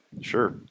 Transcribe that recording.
Sure